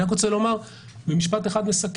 אני רק רוצה לומר במשפט אחד מסכם,